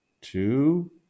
two